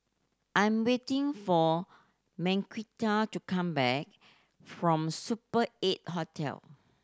I'm waiting for Marquita to come back from Super Eight Hotel